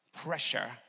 pressure